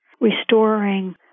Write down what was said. restoring